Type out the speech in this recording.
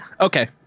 Okay